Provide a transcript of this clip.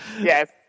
Yes